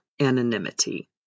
anonymity